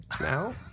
now